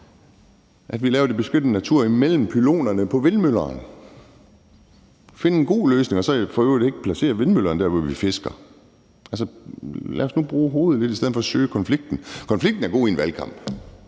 at vi laver den beskyttede natur mellem pylonerne til vindmøllerne? Så kunne vi finde en god løsning og så for øvrigt ikke placere vindmøllerne der, hvor vi fisker. Lad os nu bruge hovedet lidt i stedet for at søge konflikten. Konflikten er god i en valgkamp.